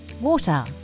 water